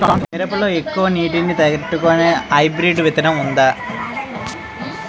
మిరప లో ఎక్కువ నీటి ని తట్టుకునే హైబ్రిడ్ విత్తనం వుందా?